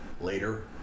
Later